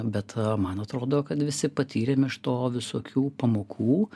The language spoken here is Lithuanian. bet man atrodo kad visi patyrėm iš to visokių pamokų